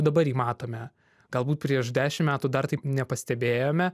dabar jį matome galbūt prieš dešim metų dar taip nepastebėjome